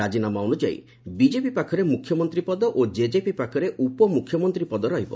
ରାଜିନାମା ଅନୁଯାୟୀ ବିଜେପି ପାଖରେ ମୁଖ୍ୟମନ୍ତ୍ରୀ ପଦ ଓ ଜେଜେପି ପାଖରେ ଉପମୁଖ୍ୟମନ୍ତ୍ରୀ ପଦ ରହିବ